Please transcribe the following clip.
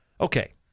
Okay